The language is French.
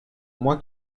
moi